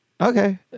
Okay